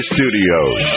Studios